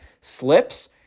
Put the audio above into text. slips